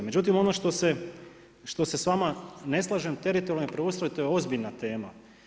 Međutim ono što se s vama ne slažem, teritorijalni preustroj to je ozbiljna tema.